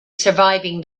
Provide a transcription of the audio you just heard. surviving